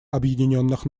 объединенных